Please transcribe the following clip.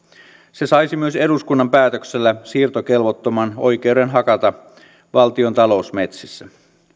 se saisi myös eduskunnan päätöksellä siirtokelvottoman oikeuden hakata valtion talousmetsissä